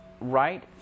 right